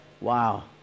wow